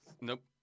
nope